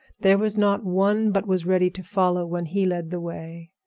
there was not one but was ready to follow when he led the way.